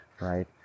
right